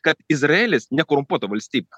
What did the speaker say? kad izraelis nekorumpuota valstybė